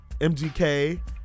MGK